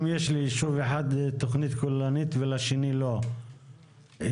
אם יש ליישוב אחד תכנית כוללנית ולשני לא,